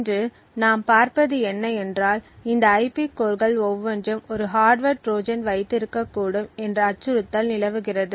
இன்று நாம் பார்ப்பது என்ன என்றால் இந்த ஐபி கோர்கள் ஒவ்வொன்றும் ஒரு ஹார்ட்வர் ட்ரோஜன் வைத்து இருக்கக்கூடும் என்ற அச்சுறுத்தல் நிலவுகிறது